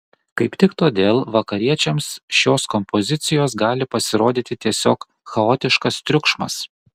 kaip tik todėl vakariečiams šios kompozicijos gali pasirodyti tiesiog chaotiškas triukšmas